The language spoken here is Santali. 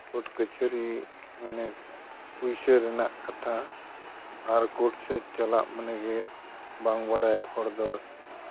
ᱠᱳᱨᱴ ᱠᱟᱹᱪᱷᱟᱹᱨᱤ ᱢᱟᱱᱮ ᱯᱩᱭᱥᱟᱹ ᱨᱮᱱᱟᱜ ᱠᱟᱛᱷᱟ ᱟᱨ ᱠᱳᱨᱴ ᱥᱮᱜ ᱪᱟᱞᱟᱜ ᱢᱟᱱᱮᱜᱮ ᱵᱟᱝ ᱵᱟᱰᱟᱭ ᱦᱚᱲ ᱫᱚ